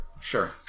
sure